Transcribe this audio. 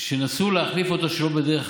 שינסו להחליף אותו שלא בדרך